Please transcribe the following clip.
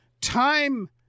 time